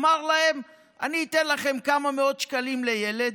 ואמר להם: אני אתן לכם כמה מאות שקלים לילד,